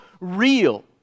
real